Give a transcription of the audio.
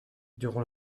durant